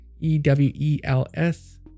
E-W-E-L-S